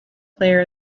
player